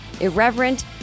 irreverent